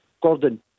Gordon